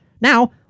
Now